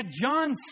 John